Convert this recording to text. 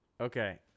Okay